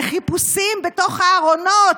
וחיפושים בתוך הארונות,